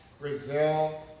Brazil